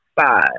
five